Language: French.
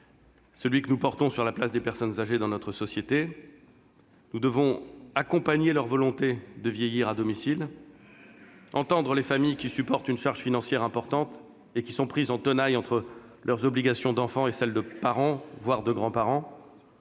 celui que nous portons sur la place des personnes âgées dans notre société. Nous devons accompagner leur volonté de vieillir à domicile, entendre les familles qui supportent une charge financière importante et qui sont prises en tenaille entre leurs obligations d'enfants et celles de parents, voire de grands-parents,